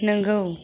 नोंगौ